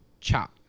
chop